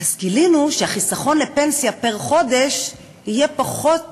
גילינו שהחיסכון לפנסיה פר-חודש יהיה פחות